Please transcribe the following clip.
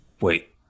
wait